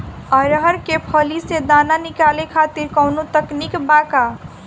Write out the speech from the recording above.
अरहर के फली से दाना निकाले खातिर कवन तकनीक बा का?